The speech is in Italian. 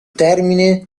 termine